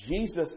Jesus